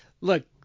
Look